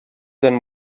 then